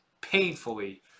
painfully